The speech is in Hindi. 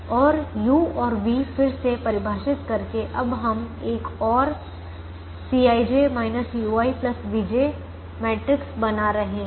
और u और v को फिर से परिभाषित करके अब हम एक और Cij ui vj मैट्रिक्स बना रहे हैं